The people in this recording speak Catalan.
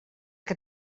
que